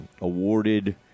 awarded